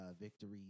victories